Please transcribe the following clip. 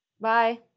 Bye